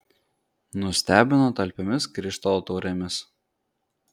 nustebino talpiomis krištolo taurėmis